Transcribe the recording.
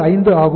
65 ஆகும்